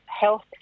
health